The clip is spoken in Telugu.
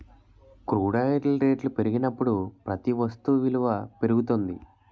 క్రూడ్ ఆయిల్ రేట్లు పెరిగినప్పుడు ప్రతి వస్తు విలువ పెరుగుతుంది